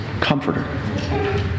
Comforter